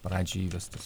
pradžioj įvestas